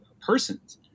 persons